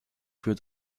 für